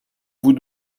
vous